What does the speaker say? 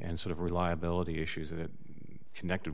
and sort of reliability issues that connected